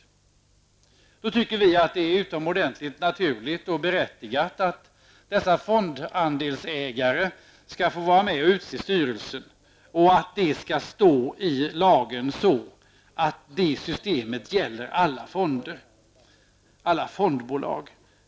Av den anledningen tycker vi att det är utomordentligt naturligt och berättigat att dessa fondandelsägare skall få vara med och utse styrelsen och att det skall stå i lagen, så att det systemet gäller alla fondbolag.